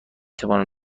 توانم